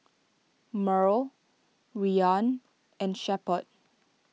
Murl Rian and Shepherd